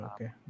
Okay